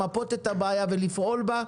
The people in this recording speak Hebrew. למפות את הבעיה ולפעול בה,